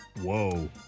Whoa